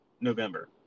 November